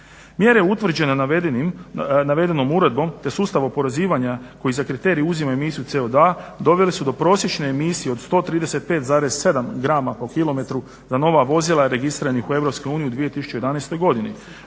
Mjere utvrđene navedenom uredbom te sustav oporezivanja koji za kriterij uzimaju emisiju CO2 doveli su do prosječne emisije od 135,7 g/km za nova vozila registriranih u Europskoj uniji